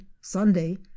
sunday